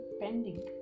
pending